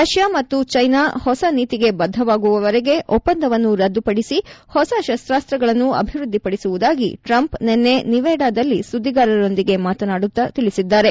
Russia ಮತ್ತು China ಹೊಸ ನೀತಿಗೆ ಬದ್ದವಾಗುವವರೆಗೆ ಒಪ್ಪಂದವನ್ನು ರದ್ದುಪಡಿಸಿ ಹೊಸ ಶಸ್ತಾಸ್ತಗಳನ್ನು ಅಭಿವೃದ್ದಿ ಪಡಿಸುವುದಾಗಿ ಟ್ರಂಪ್ ನಿನ್ನೆ ನಿವೇಡಾದಲ್ಲಿ ಸುದ್ದಿಗಾರರೊಂದಿಗೆ ಮಾತನಾಡುತ್ತ ತಿಳಿಸಿದ್ದಾರೆ